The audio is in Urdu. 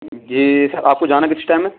جی سر آپ کو جانا کس ٹائم ہے